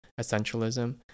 essentialism